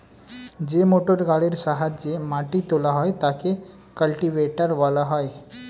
যে মোটরগাড়ির সাহায্যে মাটি তোলা হয় তাকে কাল্টিভেটর বলা হয়